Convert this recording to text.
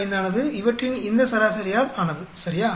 95 ஆனது இவற்றின் இந்த சராசரியால் ஆனது சரியா